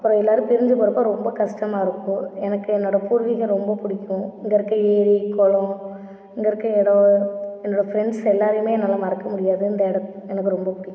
அப்புறம் எல்லோரும் பிரிஞ்சு போகிறப்ப ரொம்ப கஷ்ட்டமாருக்கும் எனக்கு என்னோடய பூர்விகம் ரொம்ப பிடிக்கும் இங்கேருக்க ஏரி குளம் இங்கேருக்க இடோம் என்னோடய ஃப்ரண்ட்ஸ் எல்லோருயுமே என்னால் மறக்கமுடியாது இந்த இடத்த எனக்கு ரொம்ப பிடிக்கும்